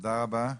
תודה רבה.